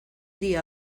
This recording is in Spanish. día